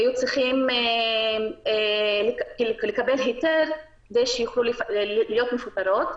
שהיה צורך לקבל היתר כדי שאפשר יהיה לפטר אותן.